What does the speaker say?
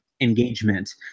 engagement